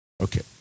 Okay